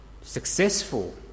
successful